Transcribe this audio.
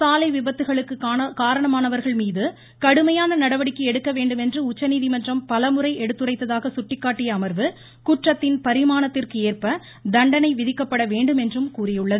சாலை விபத்துகளுக்குக் காரணமானவர்கள்மீது கடுமையான நடவடிக்கை எடுக்க வேண்டுமென்று உச்சநீதிமன்றம் பலமுறை எடுத்துரைத்ததாக சுட்டிக்காட்டிய அமர்வு குற்றத்தின் பரிமாணத்திற்கேற்ப தண்டனை விதிக்கப்பட வேண்டும் என்றும் கூறியுள்ளது